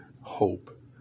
hope